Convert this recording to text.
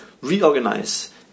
reorganize